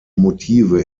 motive